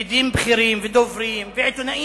פקידים בכירים ועיתונאים,